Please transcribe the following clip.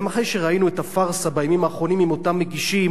גם אחרי שראינו את הפארסה בימים האחרונים עם אותם מגישים,